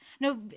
no